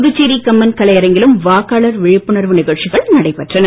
புதுச்சேரி கம்பன் கலையரங்கிலும் வாக்காளர் விழிப்புணர்வு நிகழ்ச்சிகள் நடைபெற்றன